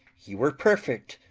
he were perfect!